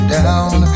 down